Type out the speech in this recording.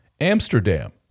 Amsterdam